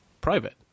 private